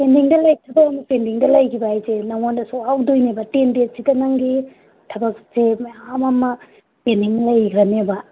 ꯄꯦꯟꯗꯤꯡꯗ ꯊꯕꯛ ꯑꯃ ꯄꯦꯟꯗꯤꯡꯗ ꯂꯩꯒꯤꯕ ꯍꯥꯏꯁꯦ ꯅꯉꯣꯟꯗ ꯁꯣꯛꯍꯧꯗꯣꯏꯅꯦꯕ ꯇꯦꯟ ꯗꯦꯁꯁꯤꯗ ꯅꯪꯒꯤ ꯊꯕꯛꯁꯨ ꯃꯌꯥꯝ ꯑꯃ ꯄꯦꯟꯗꯤꯡ ꯂꯩꯒ꯭ꯔꯅꯦꯕ